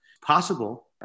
Possible